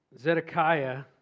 Zedekiah